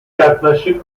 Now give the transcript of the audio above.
yaklaşık